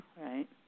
right